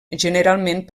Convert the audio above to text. generalment